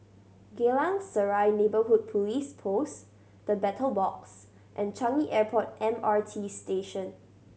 Geylang Serai Neighbourhood Police Post The Battle Box and Changi Airport M R T Station